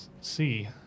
see